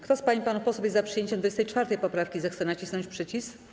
Kto z pań i panów posłów jest za przyjęciem 24. poprawki, zechce nacisnąć przycisk.